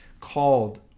called